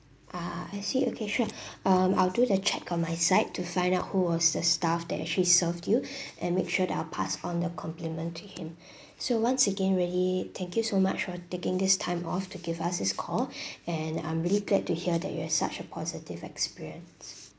ah I see okay sure um I'll do the check on my side to find out who was the staff that actually serve you and make sure that I'll pass on the compliment to him so once again really thank you so much for taking this time off to give us his call and I'm really glad to hear that you had such a positive experience